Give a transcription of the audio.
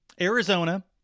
Arizona